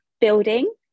building